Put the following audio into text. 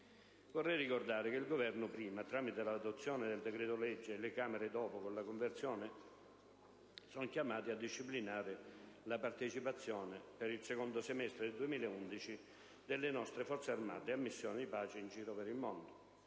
Vorrei ricordare che il Governo, prima, tramite l'adozione del decreto-legge, e le Camere, dopo, con la conversione, sono chiamati a disciplinare la partecipazione, per il secondo semestre 2011, delle nostre Forze armate a missioni di pace in giro per il mondo.